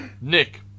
Nick